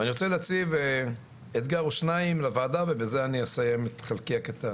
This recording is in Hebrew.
ואני רוצה להציב אתגר או שניים לוועדה ובזה אני אסיים את חלקי הקטן.